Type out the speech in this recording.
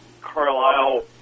Carlisle